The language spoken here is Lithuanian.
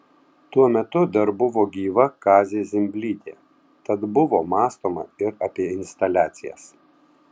tuo metu dar buvo gyva kazė zimblytė tad buvo mąstoma ir apie instaliacijas